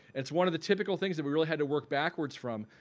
it's one of the typical things that we really had to work backwards from.